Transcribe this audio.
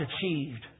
achieved